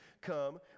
come